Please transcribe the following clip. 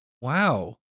Wow